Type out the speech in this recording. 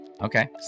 Okay